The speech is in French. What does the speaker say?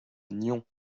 nyons